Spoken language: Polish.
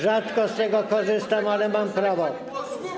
Rzadko z tego korzystam, ale mam prawo.